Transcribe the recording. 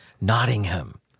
Nottingham